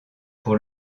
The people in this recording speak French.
pour